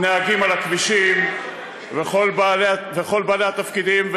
נהגים על הכבישים וכל בעלי התפקידים,